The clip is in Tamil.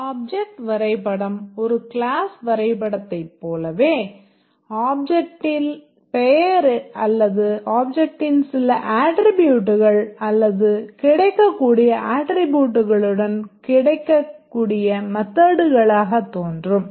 ஆப்ஜெக்ட் வரைபடம் ஒரு க்ளாஸ் வரைபடத்தைப் போலவே ஆப்ஜெக்ட்டின் பெயர் அல்லது ஆப்ஜெக்ட்டின் சில ஆட்ரிபூட்கள் அல்லது கிடைக்கக்கூடிய ஆட்ரிபூட்களுடன் கிடைக்கக்கூடிய மெத்தட்களாகத் தோன்றும்